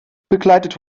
begleitet